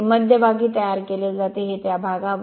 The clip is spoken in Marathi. हे मध्यभागी तयार केले जाते हे त्या भागावर